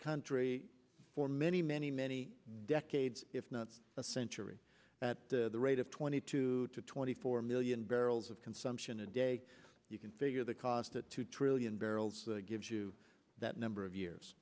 country for many many many decades if not a century at the rate of twenty two to twenty four million barrels of consumption a day you can figure the cost at two trillion barrels gives you that number of years